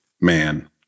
man